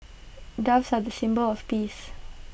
doves are the symbol of peace